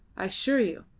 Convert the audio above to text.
i sure you.